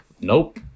nope